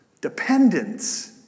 dependence